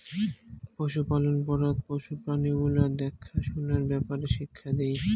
পশুপালন পড়াত পশু প্রাণী গুলার দ্যাখা সুনার ব্যাপারে শিক্ষা দেই